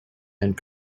and